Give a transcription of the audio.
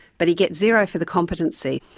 but he gets zero for the competency,